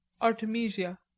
Artemisia